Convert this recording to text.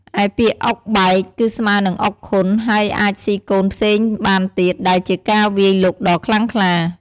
ឯពាក្យ អុកបែក គឺស្មើរនិងអុកខុនហើយអាចស៊ីកូនផ្សេងបានទៀត ដែលជាការវាយលុកដ៏ខ្លាំងក្លា។